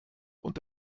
und